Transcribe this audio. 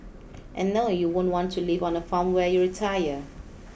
and no you won't want to live on a farm when you retire